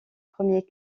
premiers